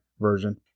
version